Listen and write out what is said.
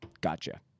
gotcha